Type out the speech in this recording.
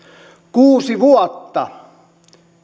kuusi vuotta